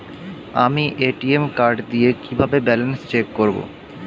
আমি ATM card দিয়ে কিভাবে ব্যালেন্স চেক করব?